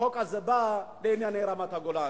שהחוק הזה בא בענייני רמת-הגולן.